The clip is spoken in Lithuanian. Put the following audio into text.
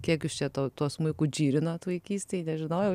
kiek jūs čia tuo smuiku džirindavot vaikystei nežinojau